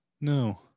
No